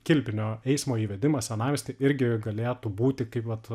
kilpinio eismo įvedimas senamiesty irgi galėtų būti kaip vat